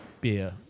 beer